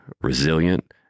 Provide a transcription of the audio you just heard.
resilient